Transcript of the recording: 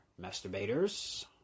masturbators